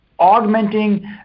augmenting